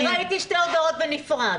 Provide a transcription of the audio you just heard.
אני ראיתי שתי הודעות בנפרד.